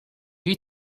you